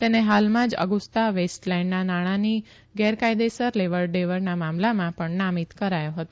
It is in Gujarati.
તેને હાલમાં અગુસ્તા વેસ્ટ લેન્ડ નાણાંની ગેરકાયદેસર લેવડ દેવડના મામલામાં ણ નામિત કરાયો હતો